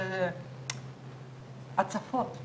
אם זה למטרופולין תל אביב,